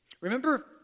Remember